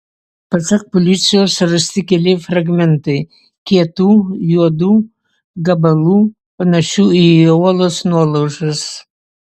pasak policijos rasti keli fragmentai kietų juodų gabalų panašių į uolos nuolaužas